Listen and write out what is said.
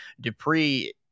Dupree